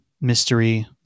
mystery